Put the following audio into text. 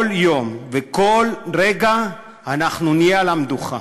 כל יום וכל רגע אנחנו נהיה על המדוכה.